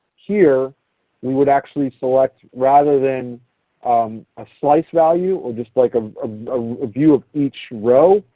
here we would actually select rather than um a slice value, or just like a view of each row,